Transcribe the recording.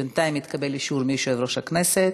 בינתיים התקבל אישור מיושב-ראש הכנסת,